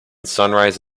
sunrise